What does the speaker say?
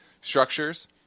structures